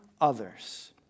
others